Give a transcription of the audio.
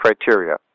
criteria